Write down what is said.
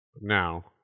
Now